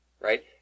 right